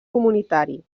comunitari